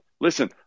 listen